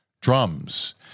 drums